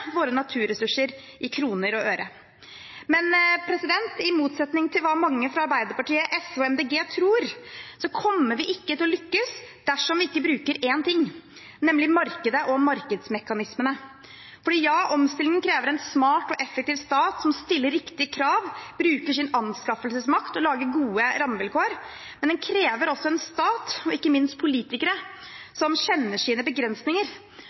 naturressurser i kroner og øre. Men i motsetning til hva mange fra Arbeiderpartiet, SV og Miljøpartiet De Grønne tror, kommer vi ikke til å lykkes dersom vi ikke bruker én ting, nemlig markedet og markedsmekanismene. For ja, omstillingen krever en smart og effektiv stat som stiller riktige krav, bruker sin anskaffelsesmakt og lager gode rammevilkår, men den krever også en stat og ikke minst politikere som kjenner sine begrensninger,